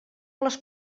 les